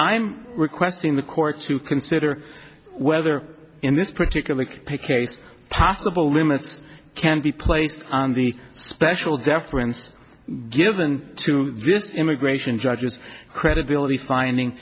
i'm requesting the court to consider whether in this particular case possible limits can be placed on the special deference given to this immigration judges credibility finding